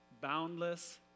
boundless